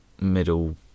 middle